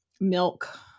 milk